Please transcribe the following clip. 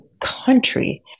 country